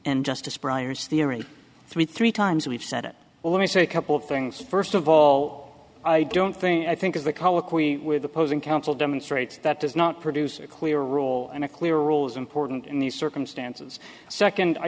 and justice briar's theory three three times we've said it well let me say a couple of things first of all i don't think i think is the colloquy with opposing counsel demonstrates that does not produce a clear rule and a clear rules important in these circumstances second i